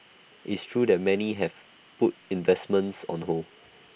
it's true that many have put investments on hold